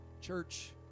Church